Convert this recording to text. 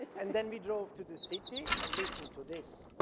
and then we drove to the city and listen to this.